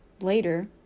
later